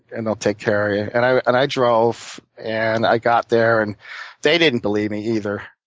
and they'll take care yeah and i and i drove, and i got there, and they didn't believe me either.